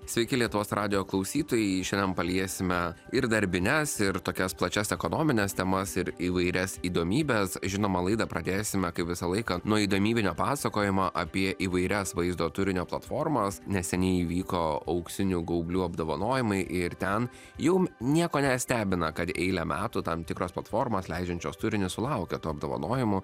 sveiki lietuvos radijo klausytojai šiandien paliesime ir darbines ir tokias plačias ekonomines temas ir įvairias įdomybes žinoma laidą pradėsime kaip visą laiką nuo įdomybinio pasakojimo apie įvairias vaizdo turinio platformas neseniai įvyko auksinių gaublių apdovanojimai ir ten jau nieko nestebina kad eilę metų tam tikros platformos leidžiančios turinį sulaukia tų apdovanojimų